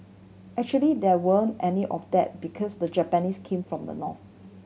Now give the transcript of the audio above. actually there weren't any of that because the Japanese came from the north